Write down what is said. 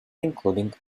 including